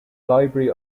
library